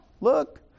look